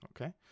Okay